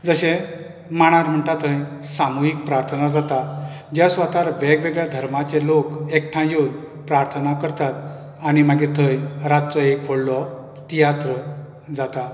जशें मांडार म्हणटा थंय सामुहिक प्रार्थना जाता ज्या सुवातार वेगळ्यावेगळ्या धर्माचे लोक एकठांय येवन प्रार्थना करतात आनी मागीर थंय रातचो एक व्हडलो तियात्र जाता